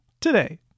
today